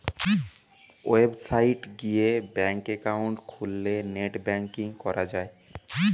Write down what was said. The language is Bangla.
ওয়েবসাইট গিয়ে ব্যাঙ্ক একাউন্ট খুললে নেট ব্যাঙ্কিং করা যায়